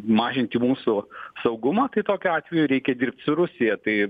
mažinti mūsų saugumą tai tokiu atveju reikia dirbt su rusija tai